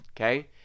Okay